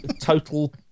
Total